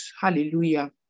hallelujah